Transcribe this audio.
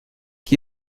qui